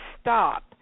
stop